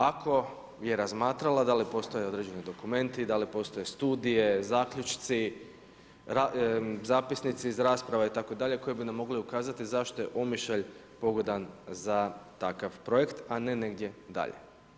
Ako je razmatrala, da li postoje određeni dokumenti, da li postoje studije, zaključci, zapisnici iz rasprava itd. koji bi nam mogli ukazati zašto je Omišalj pogodan za takav projekt, a ne negdje dalje?